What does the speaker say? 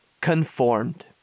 conformed